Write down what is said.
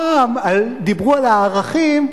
פעם דיברו על הערכים,